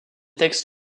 textes